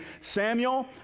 Samuel